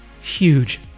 huge